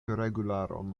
regularon